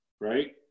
right